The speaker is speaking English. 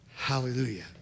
Hallelujah